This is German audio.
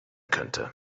könnte